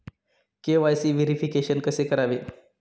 KYC verification कसे करावे?